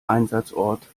einsatzort